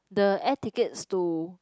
the air tickets to